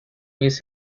miss